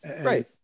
Right